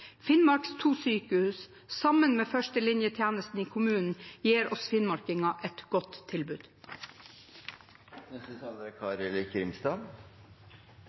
Finnmarks to sykehus, sammen med førstelinjetjenesten i kommunen, gir oss finnmarkinger et godt tilbud. Jeg synes det er